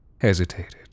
hesitated